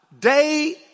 day